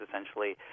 essentially